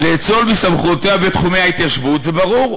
"לאצול מסמכויותיה בתחומי ההתיישבות" זה ברור,